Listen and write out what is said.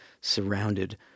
surrounded